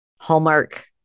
hallmark